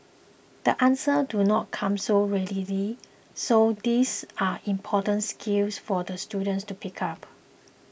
the answers do not come so readily so these are important skills for the students to pick up